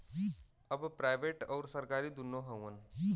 अब प्राइवेट अउर सरकारी दुन्नो हउवन